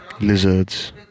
lizards